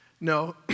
No